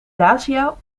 dacia